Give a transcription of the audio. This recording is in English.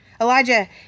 Elijah